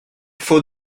faut